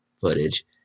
footage